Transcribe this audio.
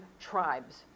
tribes